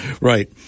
Right